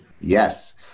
Yes